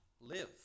live